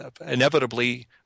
inevitably